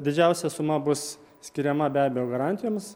didžiausia suma bus skiriama be abejo garantijoms